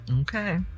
Okay